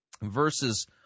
verses